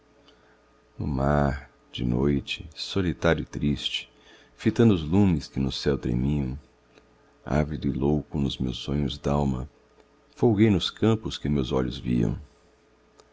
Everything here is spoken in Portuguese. no mar de noite solitário e triste fitando os lumes que no céu tremiam ávido e louco nos meus sonhos dalma folguei nos campos que meus olhos viam